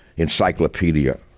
Encyclopedia